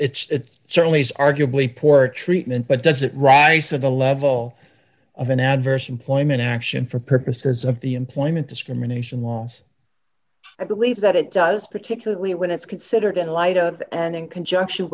it it certainly is arguably poor treatment but does it raisa the level of an adverse employment action for purposes of the employment discrimination law i believe that it does particularly when it's considered in light of and in conjunction